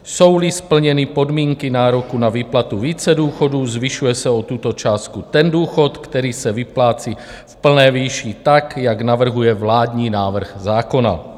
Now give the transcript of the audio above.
Jsouli splněny podmínky nároku na výplatu více důchodů, zvyšuje se o tuto částku ten důchod, který se vyplácí v plné výši tak, jak navrhuje vládní návrh zákona.